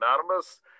anonymous